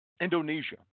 Indonesia